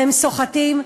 והם סוחטים,